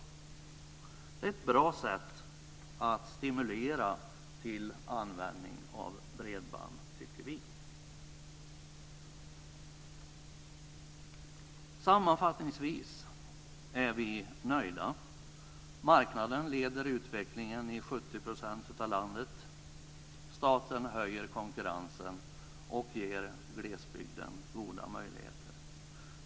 Det är ett bra sätt att stimulera till användning av bredband, tycker vi. Sammanfattningsvis är vi nöjda. Marknaden leder utvecklingen i 70 % av landet. Staten höjer konkurrensen och ger glesbygden goda möjligheter.